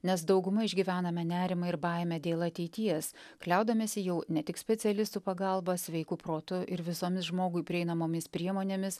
nes dauguma išgyvename nerimą ir baimę dėl ateities kliaudamiesi jau ne tik specialistų pagalba sveiku protu ir visomis žmogui prieinamomis priemonėmis